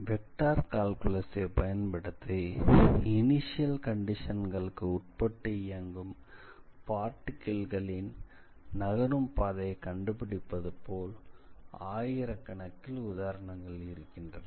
vector கால்குலஸை பயன்படுத்தி initial கண்டிஷன்களுக்கு உட்பட்டு இயங்கும் பார்ட்டிகிள்களின் நகரும் பாதையை கண்டுபிடிப்பது போல் ஆயிரக்கணக்கில் உதாரணங்கள் இருக்கின்றன